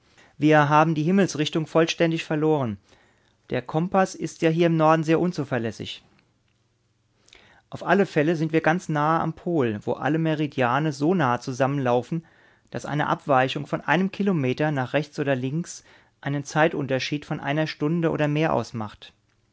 wir haben die himmelsrichtung vollständig verloren der kompaß ist ja hier im norden sehr unzuverlässig auf alle fälle sind wir ganz nahe am pol wo alle meridiane so nah zusammenlaufen daß eine abweichung von einem kilometer nach rechts oder links einen